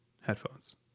headphones